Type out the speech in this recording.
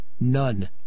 None